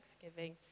thanksgiving